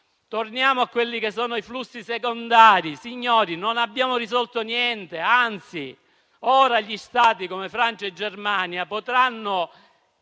Torniamo a quelli che sono i flussi secondari. Non abbiamo risolto niente. Anzi, ora Stati come Francia e Germania potranno